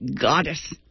goddess